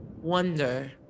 wonder